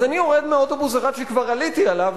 אז אני יורד מאוטובוס אחד שכבר עליתי עליו,